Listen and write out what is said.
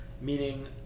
meaning